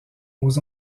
aux